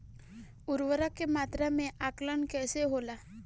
उर्वरक के मात्रा में आकलन कईसे होला?